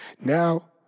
Now